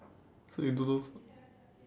so you do those